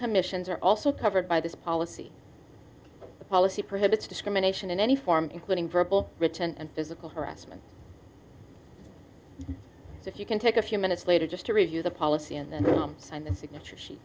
commissions are also covered by this policy the policy prohibits discrimination in any form including verbal written and physical harassment so if you can take a few minutes later just to review the policy and rooms and the signature